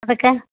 ಅದಕ್ಕೆ